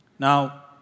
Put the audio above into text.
Now